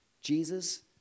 Jesus